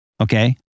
okay